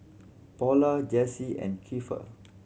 Paula Jessee and Keifer